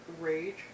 rage